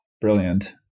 brilliant